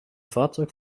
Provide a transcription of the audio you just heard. fahrzeug